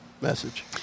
message